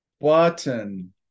button